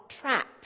trapped